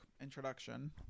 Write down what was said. introduction